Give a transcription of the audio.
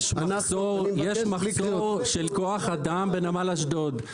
יש מחסור של כוח אדם בנמל אשדוד.